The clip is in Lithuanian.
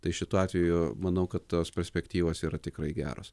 tai šituo atveju manau kad tos perspektyvos yra tikrai geros